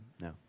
no